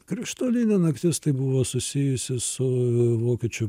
krištolinė naktis tai buvo susijusi su vokiečių